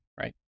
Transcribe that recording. right